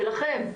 שלכם,